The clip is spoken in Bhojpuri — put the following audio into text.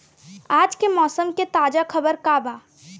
आज के मौसम के ताजा खबर का बा?